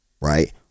Right